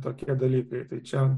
tokie dalykai tai čia